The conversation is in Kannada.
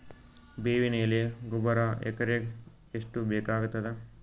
ಬೇವಿನ ಎಲೆ ಗೊಬರಾ ಎಕರೆಗ್ ಎಷ್ಟು ಬೇಕಗತಾದ?